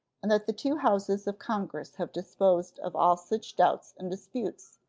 and that the two houses of congress have disposed of all such doubts and disputes,